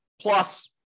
plus